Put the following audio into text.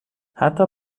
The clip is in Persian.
حتی